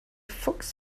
fuchs